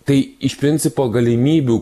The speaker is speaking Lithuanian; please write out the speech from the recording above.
tai iš principo galimybių